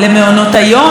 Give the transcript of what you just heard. לחסרי הבית,